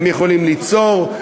הם יכולים ליצור,